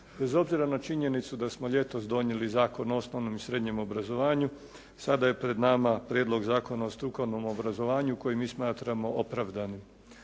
obzira na činjenicu da smo ljetos donijeli Zakon o osnovnom i srednjem obrazovanju sada je pred nama Prijedlog zakona o strukovnom obrazovanju koji mi smatramo opravdanim.